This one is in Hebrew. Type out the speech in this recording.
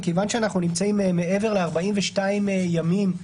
מכיוון שאנחנו נמצאים מעבר ל-42 ימים,